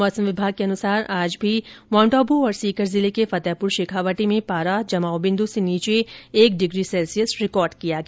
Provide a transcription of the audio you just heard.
मौसम विभाग के अनुसार आज भी माउंट आबू और सीकर जिले के फतेहपुर शेखावाटी में पारा जमाव बिन्दू से नीचे माइनस एक डिग्री सैल्सियस रिकॉर्ड किया गया